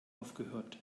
aufgehört